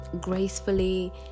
gracefully